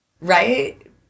Right